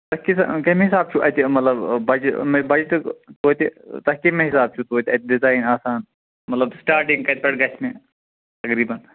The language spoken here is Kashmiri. اَتھ کیٛاہ چھِ کَمہِ حِساب چھُو اَتہِ مطلب بجہٕ بجٹہٕ توٚتہِ تۄہہِ کَمہِ آیہِ حِساب چھُو اَتہِ ڈِزایِن آسان مطلب سِٹارٹِنٛگ کَتہِ پٮ۪ٹھ گَژھِ مےٚ تقریباً